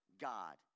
God